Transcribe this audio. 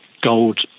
gold